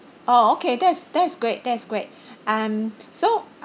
oh okay that is that is great that is great um so